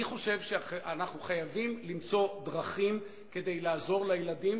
אני חושב שאנחנו חייבים למצוא דרכים לעזור לילדים,